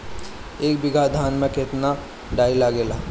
एक बीगहा धान में केतना डाई लागेला?